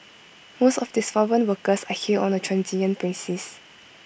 most of these foreign workers are here on A transient basis